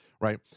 Right